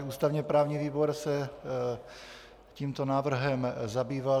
Ústavněprávní výbor se tímto návrhem zabýval.